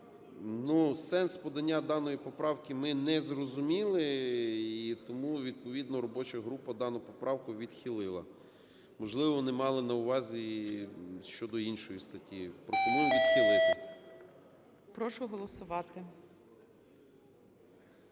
сенс подання даної поправки ми не зрозуміли. І тому відповідно робоча група дану поправку відхилила. Можливо, вони мали на увазі щодо іншої статті. Пропоную